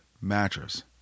mattress